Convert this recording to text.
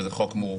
וזה חוק מורכב,